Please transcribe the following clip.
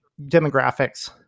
demographics